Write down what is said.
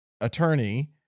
attorney